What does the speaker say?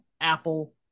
Apple